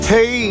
Hey